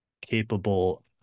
capable